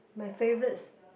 my favourites